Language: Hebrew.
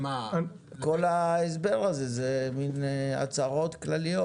כל ההסבר הזה אלו מן הצעות כלליות.